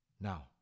Now